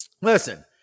listen